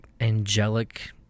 angelic